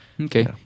Okay